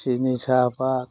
सिनि साहफाथ